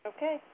Okay